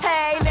Hey